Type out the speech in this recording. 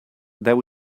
there